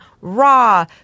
raw